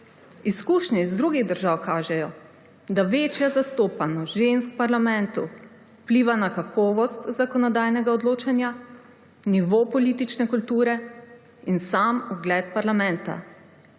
Izkušnje iz drugih držav kažejo, da večja zastopanost žensk v parlamentu vpliva na kakovost zakonodajnega odločanja, nivo politične kulture in sam ugled parlamenta.